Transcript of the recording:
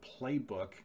playbook